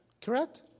Correct